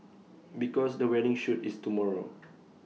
because the wedding shoot is tomorrow